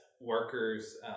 workers